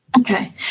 Okay